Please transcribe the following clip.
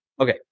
Okay